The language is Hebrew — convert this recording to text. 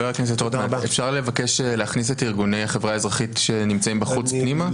אפשר לבקש להכניס את ארגוני החברה האזרחית שנמצאים בחוץ פנימה?